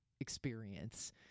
experience